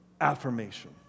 Affirmation